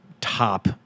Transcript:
top